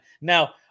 Now